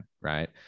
Right